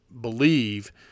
believe